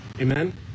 Amen